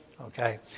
Okay